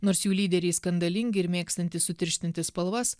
nors jų lyderiai skandalingi ir mėgstantys sutirštinti spalvas